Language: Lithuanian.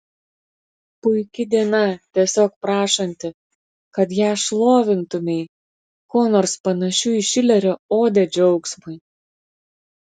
puiki diena tiesiog prašanti kad ją šlovintumei kuo nors panašiu į šilerio odę džiaugsmui